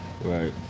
Right